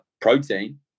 protein